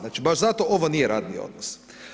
Znači baš zato ovo nije radni odnos.